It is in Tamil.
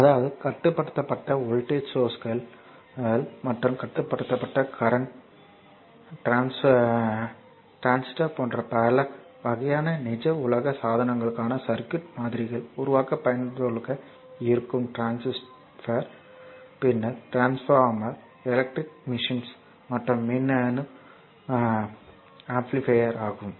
அதாவது கட்டுப்படுத்தப்பட்ட வோல்ட்டேஜ் சோர்ஸ்கள் மற்றும் கட்டுப்படுத்தப்பட்ட கரண்ட் சோர்ஸ்கள் டிரான்சிஸ்டர் போன்ற பல வகையான நிஜ உலக சாதனங்களுக்கான சர்க்யூட் மாதிரிகளை உருவாக்க பயனுள்ளதாக இருக்கும் டிரான்சிஸ்டர் பின்னர் டிரான்ஸ்பார்மர் எலக்ட்ரிக் மெஷின்ஸ் மற்றும் மின்னணு ஆம்ப்ளிபையர் ஆகும்